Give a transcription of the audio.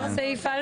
אפשר לסעיף א'?